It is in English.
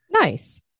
Nice